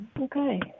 Okay